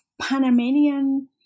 Panamanian